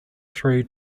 through